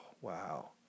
wow